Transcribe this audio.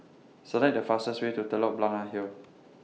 Select The fastest Way to Telok Blangah Hill